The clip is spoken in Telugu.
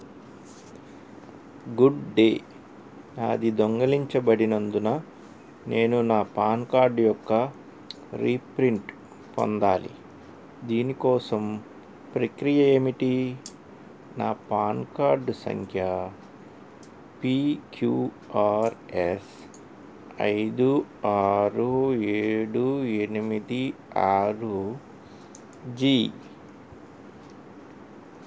గుడ్ డే నాది దొంగలించబడినందున నేను నా పాన్ కార్డ్ యొక్క రీప్రింట్ పొందాలి దీని కోసం ప్రక్రియ ఏమిటీ నా పాన్ కార్డ్ సంఖ్య పీ క్యూ ఆర్ ఎస్ ఐదు ఆరు ఏడు ఎనిమిది ఆరు జీ